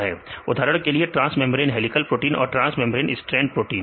उदाहरण के लिए ट्रांस मेंब्रेन हेलीकल प्रोटीन और ट्रांस मेंब्रेन स्ट्रैंड प्रोटीन